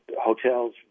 Hotels